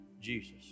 Jesus